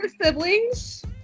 siblings